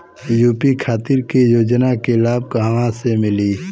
UP खातिर के योजना के लाभ कहवा से मिली?